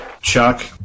Chuck